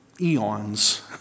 eons